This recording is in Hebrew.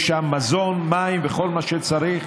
יש שם מזון, מים וכל מה שצריך,